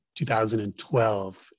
2012